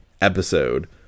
episode